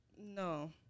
No